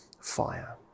fire